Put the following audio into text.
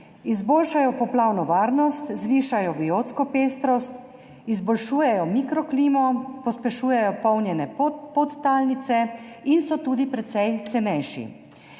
izboljšajo poplavno varnost, zvišajo biotsko pestrost, izboljšujejo mikroklimo, pospešujejo polnjenje podtalnice in so tudi precej cenejši.